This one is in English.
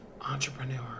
entrepreneur